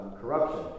corruption